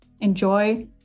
enjoy